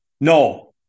no